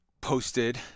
posted